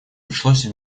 пришлось